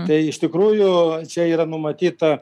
tai iš tikrųjų čia yra numatyta